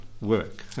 work